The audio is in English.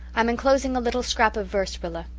i'm enclosing a little scrap of verse, rilla.